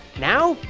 now,